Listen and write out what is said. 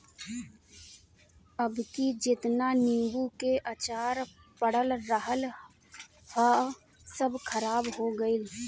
अबकी जेतना नीबू के अचार पड़ल रहल हअ सब खराब हो गइल